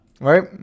right